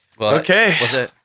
Okay